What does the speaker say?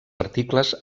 articles